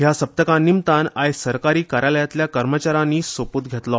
ह्या सप्तका निमतान आयज सरकारी कार्यालयातल्या कर्मचाऱ्यानी सोपूत घेतले